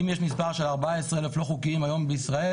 שאם יש מספר של 14,000 לא חוקיים היום בישראל,